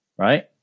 Right